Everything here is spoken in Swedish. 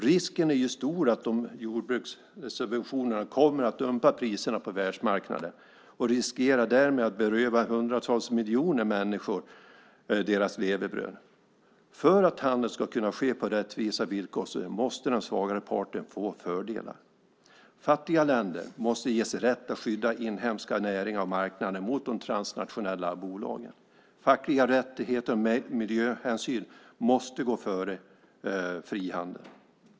Risken är stor att jordbrukssubventionerna kommer att dumpa priserna på världsmarknaden och därmed riskerar att beröva hundratals miljoner människor deras levebröd. För att handeln ska kunna ske på rättvisa villkor måste den svagare parten få fördelar. Fattiga länder måste ges rätt att skydda inhemska näringar på marknaden mot de transnationella bolagen. Fackliga rättigheter och miljöhänsyn måste gå före frihandeln.